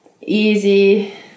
easy